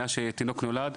מאז שתינוק נולד,